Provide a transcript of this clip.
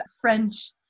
French